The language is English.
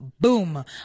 boom